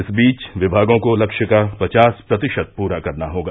इस बीच विभागों को लक्ष्य का पचास प्रतिशत पूरा करना होगा